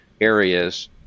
areas